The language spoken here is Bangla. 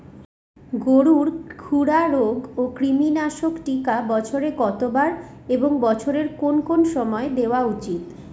গরুর খুরা রোগ ও কৃমিনাশক টিকা বছরে কতবার এবং বছরের কোন কোন সময় দেওয়া উচিৎ?